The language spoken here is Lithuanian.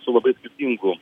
su labai skirtingų